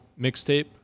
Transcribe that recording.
mixtape